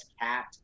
Cat